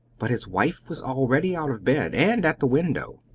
but his wife was already out of bed, and at the window.